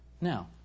Now